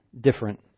different